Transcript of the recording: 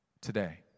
Today